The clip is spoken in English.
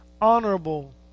honorable